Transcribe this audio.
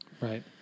Right